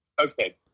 okay